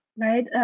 Right